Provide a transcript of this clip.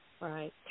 right